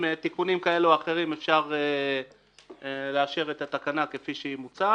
עם תיקונים כאלו או אחרים אפשר לאשר את התקנה כפי שהיא מוצעת.